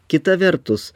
kita vertus